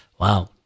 wow